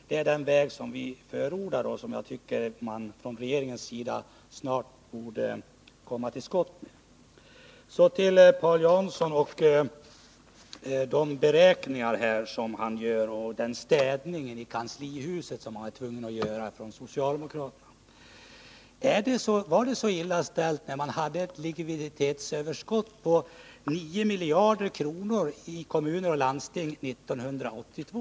Det är den väg vi förordar. Jag tycker att regeringen snart borde komma med förslag på den punkten. Så till Paul Jansson och de beräkningar han gör och hans tal om den städning i kanslihuset som socialdemokraterna varit tvungna att göra. Var det så illa ställt när man hade ett likviditetsöverskott på 9 miljarder kronor i kommuner och landsting 1982?